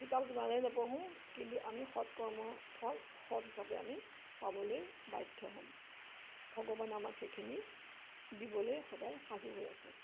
কিতাপ যিমানেই নপঢ়ো কিন্তু আমি সৎ কৰ্মৰ ফল সৎ হিচাপে আমি পাবলৈ বাধ্য হ'ম ভগৱান আমাক সেইখিনি দিবলৈ সদায় সাজু হৈ আছে